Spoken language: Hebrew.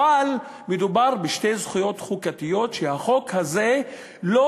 אבל מדובר בשתי זכויות חוקתיות שהחוק הזה לא